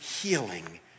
healing